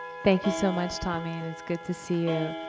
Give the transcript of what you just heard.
thank you so much, tommy, and it's good to see you,